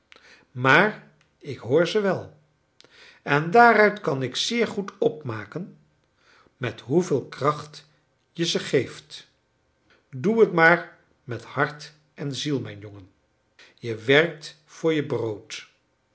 maar ik hoor ze wel en daaruit kan ik zeer goed opmaken met hoeveel kracht je ze geeft doe het maar met hart en ziel mijn jongen je werkt voor je brood